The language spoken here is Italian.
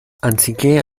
anziché